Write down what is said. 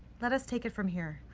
let us take it from here.